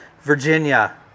virginia